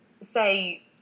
say